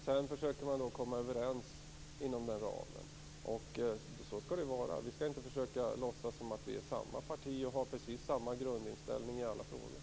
Sedan försöker man komma överens inom den ramen, och så skall det vara. Vi skall inte försöka låtsas att det är fråga om ett och samma parti och att vi har precis samma grundinställning i alla frågor.